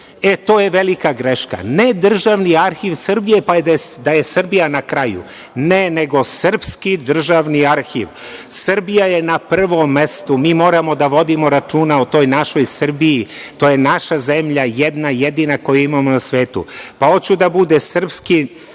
To je velika greška. Ne, državni Arhiv Srbije, pa da je Srbija na kraju, ne, nego srpski državni arhiv. Srbija je na prvom mestu. Mi moramo da vodimo računa o toj našoj Srbiji. To je naša zemlja jedna jedina koju imamo na svetu. Hoću da bude – srpski